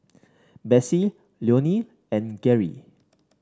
Bessie Leonel and Geri